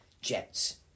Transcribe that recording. jets